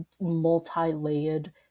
multi-layered